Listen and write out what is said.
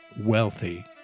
wealthy